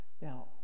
Now